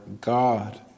God